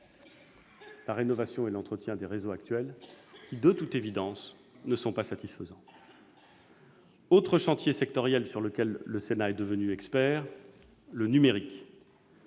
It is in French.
la rénovation des réseaux actuels, qui, de toute évidence, ne sont pas satisfaisants. Autre chantier sectoriel sur lequel le Sénat est devenu un expert : le numérique.